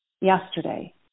yesterday